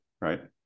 right